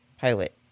pilot